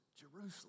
Jerusalem